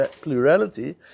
plurality